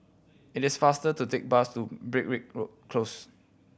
it is faster to take bus to Road Close